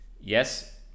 yes